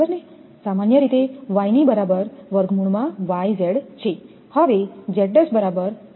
ની બરાબર છે